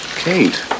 Kate